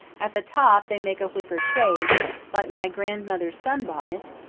at the top they make a wicker shade, like my grandmother's sunbonnet,